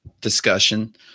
discussion